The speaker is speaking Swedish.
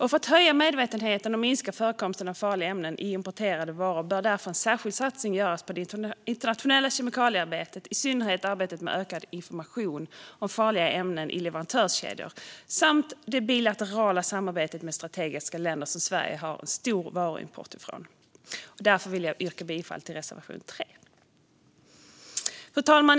För att höja medvetenheten och minska förekomsten av farliga ämnen i importerade varor bör därför en särskild satsning göras på det internationella kemikaliearbetet, i synnerhet arbetet med ökad information om farliga ämnen i leverantörskedjor samt det bilaterala samarbetet med strategiska länder som Sverige har en stor varuimport från. Därför vill jag yrka bifall till reservation 3. Fru talman!